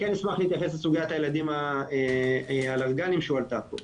כן אשמח להתייחס לסוגיית הילדים האלרגיים שהועלתה פה.